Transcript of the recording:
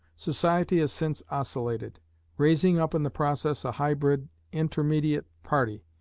society has since oscillated raising up in the process a hybrid intermediate party,